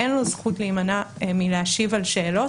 אין לו זכות להימנע מלהשיב על שאלות,